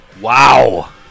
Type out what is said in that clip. Wow